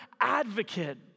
advocate